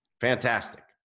fantastic